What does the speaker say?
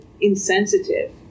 insensitive